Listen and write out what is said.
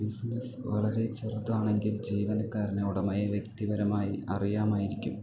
business വളരെ ചെറുതാണെങ്കിൽ ജീവനക്കാരന് ഉടമയെ വ്യക്തിപരമായി അറിയാമായിരിക്കും